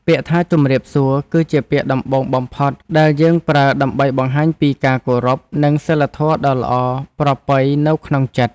ពាក្យថាជម្រាបសួរ គឺជាពាក្យដំបូងបំផុតដែលយើងប្រើដើម្បីបង្ហាញពីការគោរព និងសីលធម៌ដ៏ល្អប្រពៃនៅក្នុងចិត្ត។